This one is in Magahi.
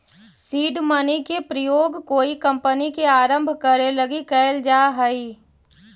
सीड मनी के प्रयोग कोई कंपनी के आरंभ करे लगी कैल जा हई